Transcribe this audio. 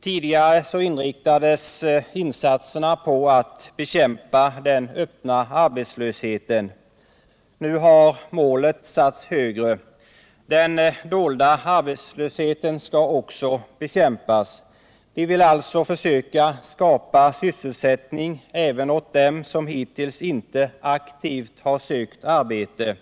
Tidigare inriktades insatserna på att bekämpa den öppna arbetslösheten. Nu har målet satts högre. Den dolda arbetslösheten skall också bekämpas. Vi vill alltså försöka skapa sysselsättning även åt dem som hittills inte aktivt har sökt arbete.